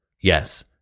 Yes